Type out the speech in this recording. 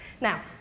Now